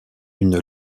une